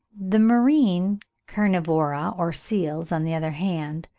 the marine carnivora or seals, on the other hand,